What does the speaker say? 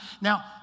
Now